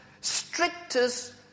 strictest